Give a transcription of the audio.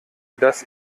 dass